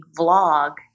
vlog